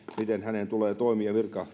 miten hänen tulee toimia